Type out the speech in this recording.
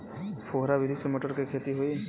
फुहरा विधि से मटर के खेती होई